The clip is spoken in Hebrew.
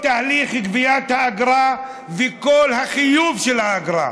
תהליך גביית האגרה ובכל החיוב של האגרה,